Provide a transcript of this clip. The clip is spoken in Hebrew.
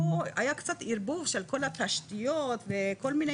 פה היה קצת ערבוב של כל התשתיות וכל מיני